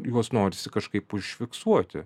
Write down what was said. juos norisi kažkaip užfiksuoti